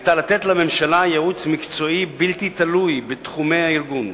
היתה לתת לממשלה ייעוץ מקצועי בלתי תלוי בתחומי הארגון,